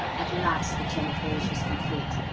at last the chain of holes was complete,